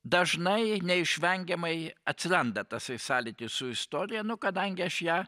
dažnai neišvengiamai atsiranda tasai sąlytis su istorija nu kadangi aš ją